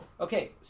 Okay